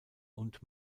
und